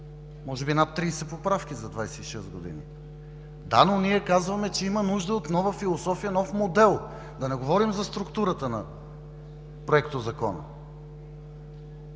може би над 30 поправки за 26 години. Да, но ние казваме, че има нужда от нова философия и нов модел. Да не говорим за структурата на Проектозакона.